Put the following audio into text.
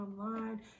online